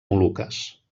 moluques